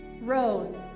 rose